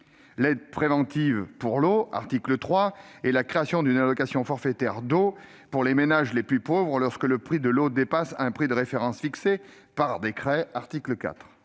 l'aide préventive pour l'eau, prévue à l'article 3, et la création d'une allocation forfaitaire d'eau pour les ménages les plus pauvres, lorsque le prix de l'eau dépasse un prix de référence fixé par décret, à l'article 4.